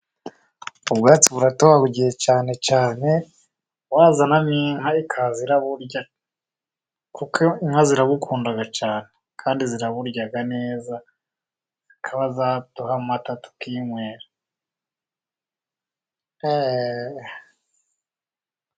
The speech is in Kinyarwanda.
Ubwatsi buratohagiye cyane cyane wazana inka ikaza ikaburya kuko inka zirabukundaga cyane, kandi ziraburya neza, zikaba zaduha amata tukinywera.